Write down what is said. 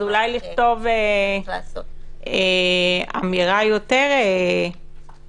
אז אולי לכתוב אמירה יותר כללית